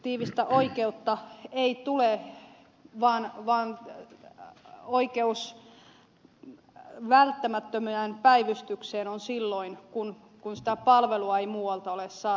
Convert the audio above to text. subjektiivista oikeutta ei tule vaan oikeus välttämättömään päivystykseen on silloin kun sitä palvelua ei muualta ole saatavilla